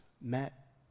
met